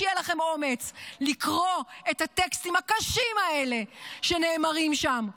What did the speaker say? שיהיה לכם אומץ לקרוא את הטקסטים הקשים האלה שנאמרים שם,